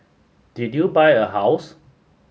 did you buy a house